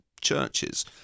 churches